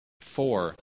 four